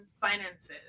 finances